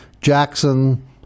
Jackson